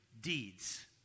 deeds